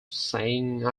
saying